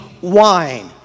wine